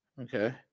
Okay